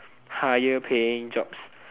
higher paying jobs